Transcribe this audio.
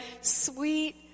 Sweet